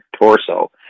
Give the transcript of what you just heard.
torso